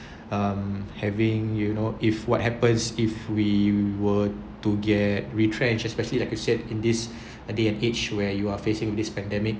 um having you know if what happens if we were to get retrenched especially like I said in this day and age where you are facing this pandemic